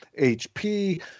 HP